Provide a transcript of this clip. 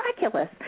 miraculous